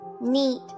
Neat